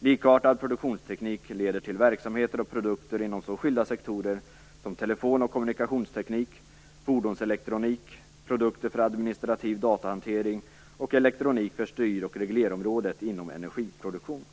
Likartad produktionsteknik leder till verksamheter och produkter inom så skilda sektorer som telefon och kommunikationsteknik, fordonselektronik, produkter för administrativ datahantering och elektronik för styr och reglerområdet inom energiproduktion.